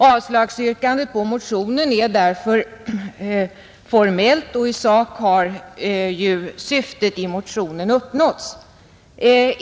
Avslagsyrkandet beträffande motionen är därför formellt, och i sak har syftet med motionen uppnåtts.